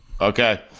Okay